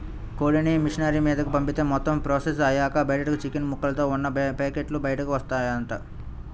కోడిని మిషనరీ మీదకు పంపిత్తే మొత్తం ప్రాసెస్ అయ్యాక బయటకు చికెన్ ముక్కలతో ఉన్న పేకెట్లు బయటకు వత్తాయంట